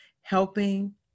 Helping